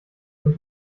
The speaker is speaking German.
und